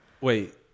Wait